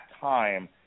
time